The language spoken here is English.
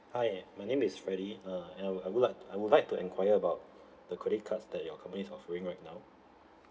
hi my name is freddy uh and I would I would like t~ I would like to enquire about the credit cards that your company is offering right now